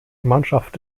mannschaft